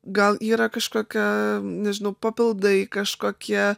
gal yra kažkokia nežinau papildai kažkokie